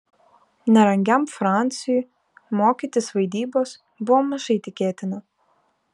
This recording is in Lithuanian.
nerangiam fransiui mokytis vaidybos buvo mažai tikėtina